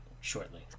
shortly